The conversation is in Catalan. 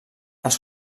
els